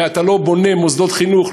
וכשאתה לא בונה מוסדות חינוך,